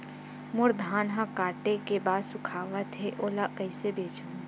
मोर धान ह काटे के बाद सुखावत हे ओला कइसे बेचहु?